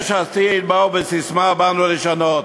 יש עתיד באו בססמה: באנו לשנות.